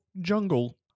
Jungle